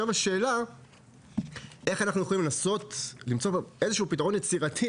השאלה היא: איך אנחנו יכולים לנסות ולמצוא איזה שהוא פתרון יצירתי,